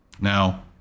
Now